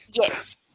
Yes